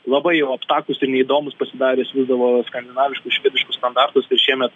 labai jau aptakūs ir neįdomūs pasidarę siųsdavo skandinaviškus švediškus standartus ir šiemet